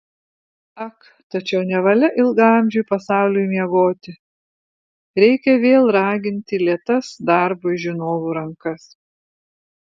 ak tačiau nevalia ilgaamžiui pasauliui miegoti reikia vėl raginti lėtas darbui žinovų rankas